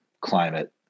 climate